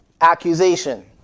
accusation